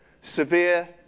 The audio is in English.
Severe